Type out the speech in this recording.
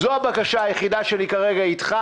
זו הבקשה היחידה שלי כרגע ממך,